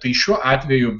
tai šiuo atveju